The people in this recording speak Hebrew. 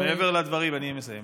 מעבר לדברים, אני מסיים.